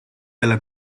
della